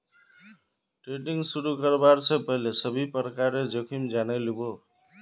trading शुरू करवा स पहल सभी प्रकारेर जोखिम जाने लिबो